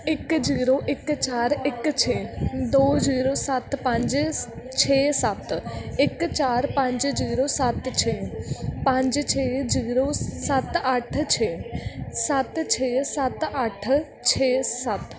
ਇੱਕ ਜੀਰੋ ਇੱਕ ਚਾਰ ਇੱਕ ਛੇ ਦੋ ਜੀਰੋ ਸੱਤ ਪੰਜ ਛੇ ਸੱਤ ਇੱਕ ਚਾਰ ਪੰਜ ਜੀਰੋ ਸੱਤ ਛੇ ਪੰਜ ਛੇ ਜੀਰੋ ਸੱਤ ਅੱਠ ਛੇ ਸੱਤ ਛੇ ਸੱਤ ਅੱਠ ਛੇ ਸੱਤ